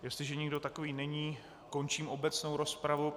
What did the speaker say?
Jestliže nikdo takový není, končím obecnou rozpravu.